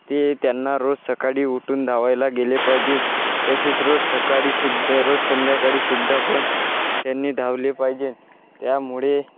ते त्यांना रोज सकाळी उठून धावायला गेले पाहिजेन तसेच रोज सकाळी सुद्धा रोज संध्याकाळी सुद्धा पण त्यांनी धावले पाहिजेन त्यामुळे